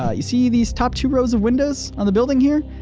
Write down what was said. ah you see these top two rows of windows on the building here?